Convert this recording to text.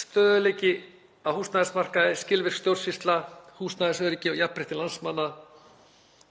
Stöðugleiki á húsnæðismarkaði, skilvirk stjórnsýsla, húsnæðisöryggi og jafnrétti landsmanna